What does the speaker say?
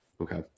Okay